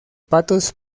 patos